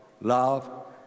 love